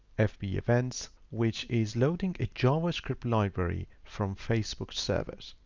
ah fb events, which is loading a javascript library from facebook service.